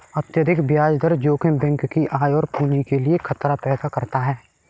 अत्यधिक ब्याज दर जोखिम बैंक की आय और पूंजी के लिए खतरा पैदा करता है